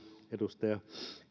edustaja